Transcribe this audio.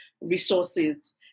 resources